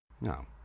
No